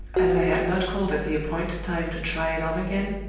as i had not called at the appointed time to try it on again,